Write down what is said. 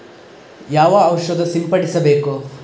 ಯಾವ ಔಷಧ ಸಿಂಪಡಿಸಬೇಕು?